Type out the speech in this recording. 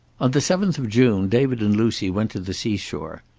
on the seventh of june david and lucy went to the seashore,